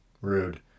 rude